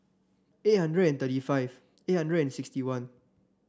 eight hundred and thirty five eight hundred and sixty one